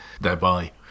thereby